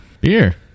Beer